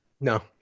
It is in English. No